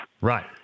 Right